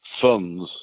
funds